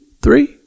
three